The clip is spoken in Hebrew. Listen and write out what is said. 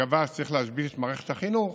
שצריך להשבית את מערכת החינוך.